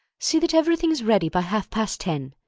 see that everything is ready by half-past ten.